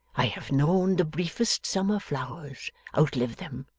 i have known the briefest summer flowers outlive them